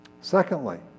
Secondly